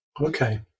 okay